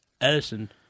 Edison